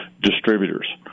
distributors